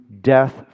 death